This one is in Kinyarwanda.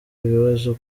ibibazo